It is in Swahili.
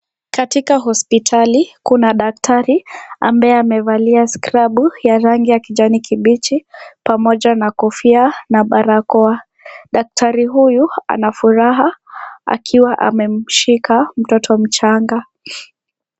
Katila hospitali, kuna daktari, ambaye amevalia skrabu, ya rangi ya kijani kibichi pamoja na kofia, na baramoa, daktari huyu ana furaha akiwa amemshika, mtoto mchanga.